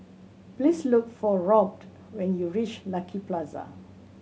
please look for Robt when you reach Lucky Plaza